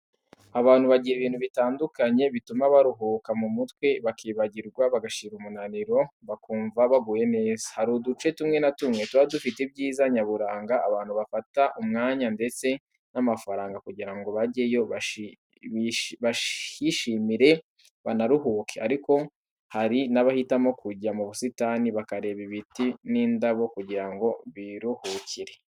Abantu bagira ibintu bitandukanye bituma baruhuka mu mutwe bakibagirwa bagashira umunaniro bakumva baguwe neza. Hari uduce tumwe na tumwe tuba dufite ibyiza nyaburanga abantu bafata umwanya ndetse n'amafaranga kugira ngo bajyeyo bahishimire banaruhuke. Ariko hari n'abahitamo kujya mu busitani bakareba ibiti n'indabo kugira ngo biruhukire.